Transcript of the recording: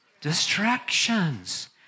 Distractions